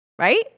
Right